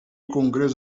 congrés